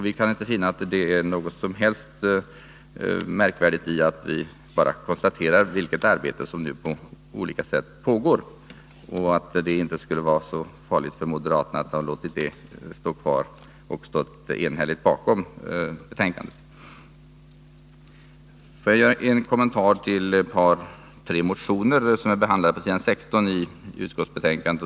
Vi kan inte finna att det är märkvärdigt att vi bara konstaterar vilket arbete som nu pågår på olika ställen. Det skulle därför inte ha varit så farligt för moderaterna, om de hade avstått från reservationen och ställt sig bakom betänkandet, som då skulle ha blivit helt enhälligt. Får jag göra en kommentar till tre motioner som är behandlade på s. 16 i utskottsbetänkandet.